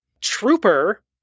trooper